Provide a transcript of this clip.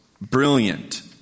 Brilliant